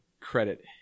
credit